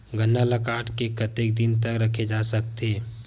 गन्ना ल काट के कतेक दिन तक रखे जा सकथे?